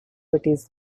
diabetes